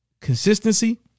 Consistency